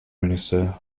minister